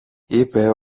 είπε